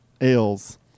ales